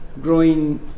growing